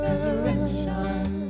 Resurrection